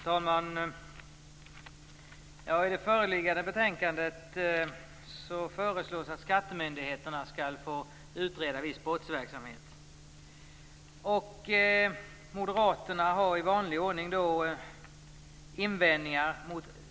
Herr talman! I föreliggande betänkande föreslås att skattemyndigheterna skall få utreda viss brottsverksamhet. Moderaterna har i vanlig ordning invändningar.